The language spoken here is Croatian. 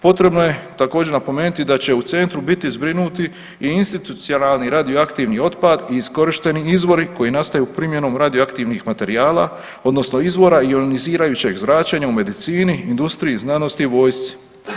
Potrebno je također napomenuti da će u centru biti zbrinuti i institucionalni radio aktivni otpad i iskorišteni izvori koji nastaju primjenom radio aktivnih materijala, odnosno izvora ionizirajućeg zračenja u medicini, industriji, znanosti, vojsci.